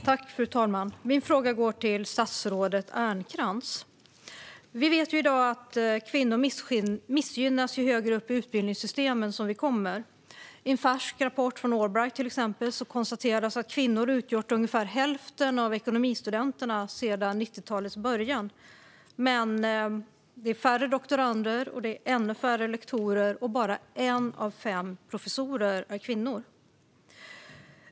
Fru talman! Min fråga går till statsrådet Ernkrans. Vi vet att kvinnor i dag missgynnas ju högre upp i utbildningssystemen de kommer. I en färsk rapport från Allbright konstateras till exempel att kvinnor utgjort ungefär hälften av ekonomistudenterna sedan 90-talets början men att det är färre doktorander, ännu färre lektorer och bara en av fem professorer som är kvinnor.